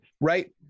right